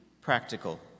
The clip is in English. practical